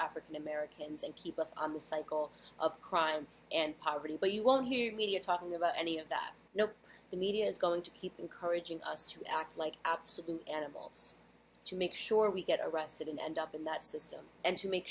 african americans and keep us on the cycle of crime and poverty but you won't hear me talking about any of that you know the media is going to keep encouraging us to act like absolute animals to make sure we get arrested and end up in that system and to make